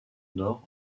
nord